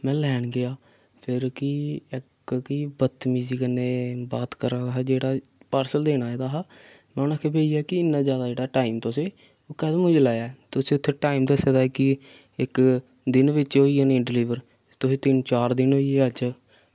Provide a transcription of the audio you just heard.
में लैने गी गेआ ओह् की बदतमीजी कन्नै बात करा दा हा जेह्ड़ा पॉर्सल देन आए दा हा ते उन्ने आक्खेआ इन्ना जादा जेह्ड़ा टाईम तुसें कैह्दे लेई लाया तुस इत्थै टाईम दे सिवा इक्क दिन बिच होई जानी डिलीवर तुसें तिन चार दिन होइये अज्ज